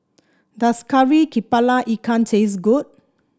does Kari kepala Ikan taste good